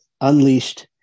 unleashed